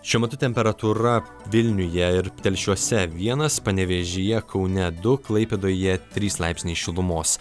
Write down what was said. šiuo metu temperatūra vilniuje ir telšiuose vienas panevėžyje kaune du klaipėdoje trys laipsniai šilumos